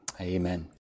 amen